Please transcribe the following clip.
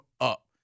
up